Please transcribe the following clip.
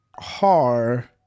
hard